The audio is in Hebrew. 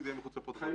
אחר כלפיהם.